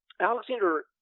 Alexander